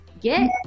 get